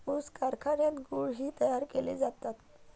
ऊस कारखान्यात गुळ ही तयार केले जातात